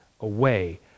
away